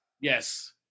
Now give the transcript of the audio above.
Yes